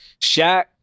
Shaq